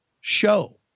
show